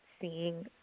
seeing